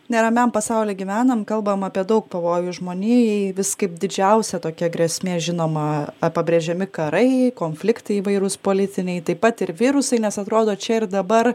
neramiam pasauly gyvenam kalbam apie daug pavojų žmonijai vis kaip didžiausia tokia grėsmė žinoma ar pabrėžiami karai konfliktai įvairūs politiniai taip pat ir virusai nes atrodo čia ir dabar